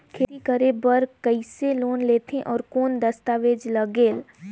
खेती करे बर कइसे लोन लेथे और कौन दस्तावेज लगेल?